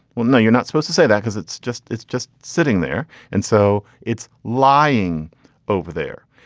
well no you're not supposed to say that because it's just it's just sitting there and so it's lying over there.